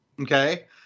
Okay